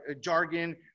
jargon